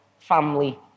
family